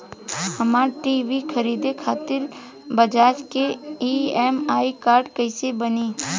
हमरा टी.वी खरीदे खातिर बज़ाज़ के ई.एम.आई कार्ड कईसे बनी?